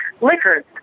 liquors